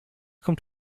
kommt